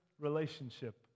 relationship